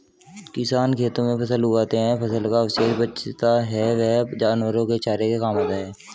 किसान खेतों में फसल उगाते है, फसल का अवशेष बचता है वह जानवरों के चारे के काम आता है